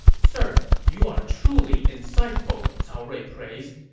sir, you are truly insightful! cao rui praised.